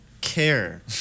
care